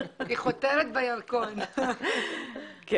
רגע.